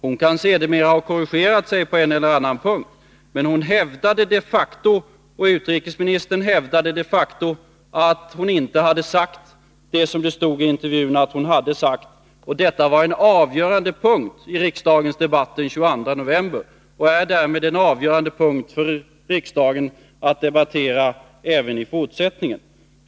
Hon kan sedermera ha korrigerat sig på en eller annan punkt, men hon och utrikesministern hävdade de facto att honinte hade sagt det som det stod i intervjun att hon hade sagt, och detta var en avgörande punkt i riksdagens debatt den 22 november och är därmed en avgörande punkt för riksdagen att debattera även i fortsättningen.